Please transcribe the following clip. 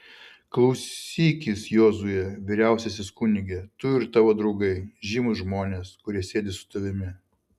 klausykis jozue vyriausiasis kunige tu ir tavo draugai žymūs žmonės kurie sėdi su tavimi